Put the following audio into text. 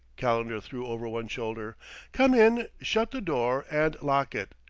calendar threw over one shoulder come in, shut the door and lock it.